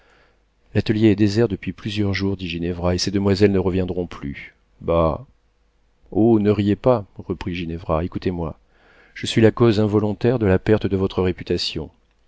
l'atelier est désert depuis plusieurs jours dit ginevra et ces demoiselles ne reviendront plus bah oh ne riez pas reprit ginevra écoutez-moi je suis la cause involontaire de la perte de votre réputation